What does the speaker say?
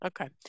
Okay